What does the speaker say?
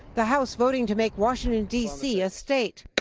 the house voting to make washington, d c. a state.